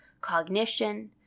cognition